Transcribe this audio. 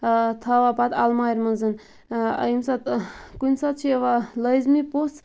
تھاوان پَتہٕ اَلمار مَنز یمہِ ساتہٕ کُنہ ساتہٕ چھُ یِوان لٲزمی پوٚژھ